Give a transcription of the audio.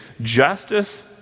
Justice